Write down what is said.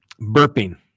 Burping